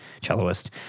cellist